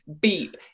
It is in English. beep